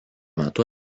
metu